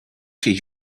she